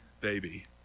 baby